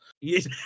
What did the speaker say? Yes